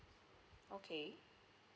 okay